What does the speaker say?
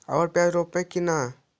अबर प्याज रोप्बो की नय?